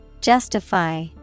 Justify